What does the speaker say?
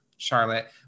Charlotte